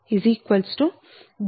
004